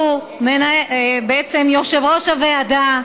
שהוא יושב-ראש הוועדה,